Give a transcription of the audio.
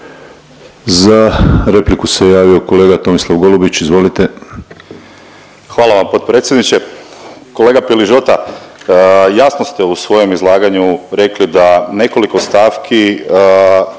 Za repliku se javio kolega Tomislav Golubić, izvolite. **Golubić, Tomislav (SDP)** Hvala vam potpredsjedniče. Kolega Piližota, jasno ste u svojem izlaganju rekli da nekoliko stavki